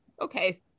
okay